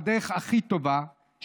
בדרך הכי טובה,